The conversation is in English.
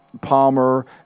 Palmer